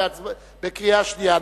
קריאה שנייה.